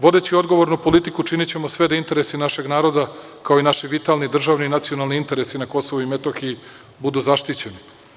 Vodeći odgovorno politiku, činićemo sve da interesi našeg naroda, kao i naši vitalni državni i nacionalni interesi na Kosovu i Metohiji budu zaštićeni.